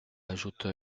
ajoute